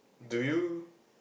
do you